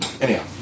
Anyhow